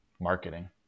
marketing